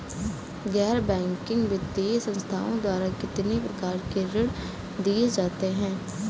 गैर बैंकिंग वित्तीय संस्थाओं द्वारा कितनी प्रकार के ऋण दिए जाते हैं?